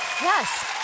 Yes